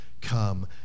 come